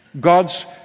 God's